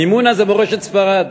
המימונה זה מורשת ספרד.